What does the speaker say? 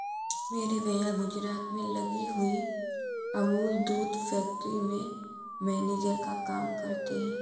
मेरे भैया गुजरात में लगी हुई अमूल दूध फैक्ट्री में मैनेजर का काम करते हैं